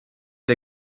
der